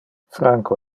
franco